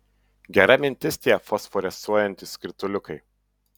gera mintis tie fosforescuojantys skrituliukai